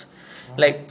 oh